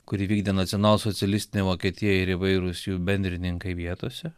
kurį įvykdė nacionalsocialistinė vokietija ir įvairūs jų bendrininkai vietose